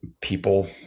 people